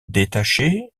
détaché